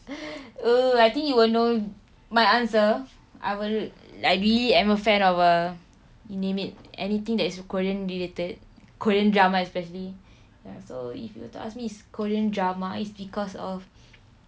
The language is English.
oh I think you will know my answer I will I really am a fan of uh you name it anything that is korean-related korean drama especially ya so if you were to ask me it's korean drama it's because of